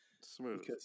Smooth